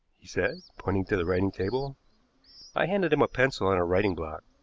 he said, pointing to the writing-table. i handed him a pencil and a writing-block.